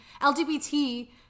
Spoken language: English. LGBT